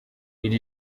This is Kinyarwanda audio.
lil